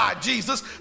Jesus